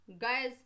guys